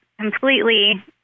completely